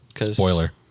Spoiler